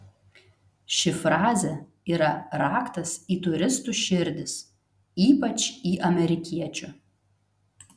ši frazė yra raktas į turistų širdis ypač į amerikiečių